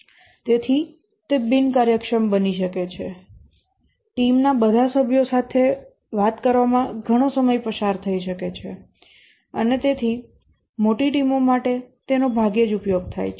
તેથી તે બિનકાર્યક્ષમ બની શકે છે ટીમના બધા સભ્યો સાથે વાત કરવામાં ઘણો સમય પસાર થઈ શકે છે અને તેથી મોટી ટીમો માટે તેનો ભાગ્યે જ ઉપયોગ થાય છે